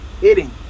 hitting